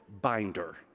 binder